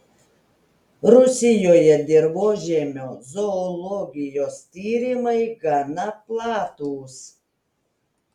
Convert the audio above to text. rusijoje dirvožemio zoologijos tyrimai gana platūs